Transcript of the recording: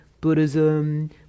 Buddhism